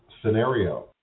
scenario